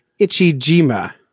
Ichijima